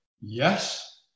yes